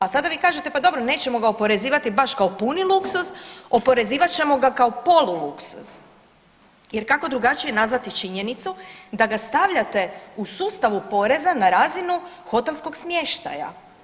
A sada vi kažete pa dobro nećemo ga oporezivat baš kao puni luksuz, oporezivat ćemo ga kao poluluksuz jer kako drugačije nazvati činjenicu da ga stavljate u sustavu poreza na razinu hotelskog smještaja.